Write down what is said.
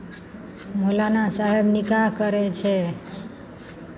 मौलाना साहेब निकाह करै छै